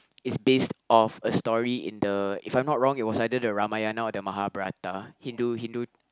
is based of a story in the if I'm not wrong it was either the Ramayana or the Mahabharata Hindu Hindu